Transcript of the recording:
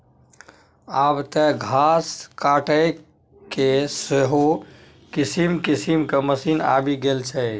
आब तँ घास काटयके सेहो किसिम किसिमक मशीन आबि गेल छै